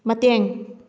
ꯃꯇꯦꯡ